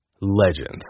Legends